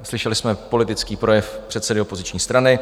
Slyšeli jsme politický projev předsedy opoziční strany.